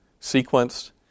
sequenced